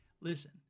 Listen